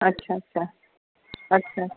अच्छा अच्छा अच्छा